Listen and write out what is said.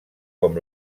com